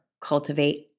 Cultivate